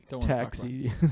taxi